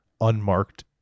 unmarked